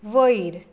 वयर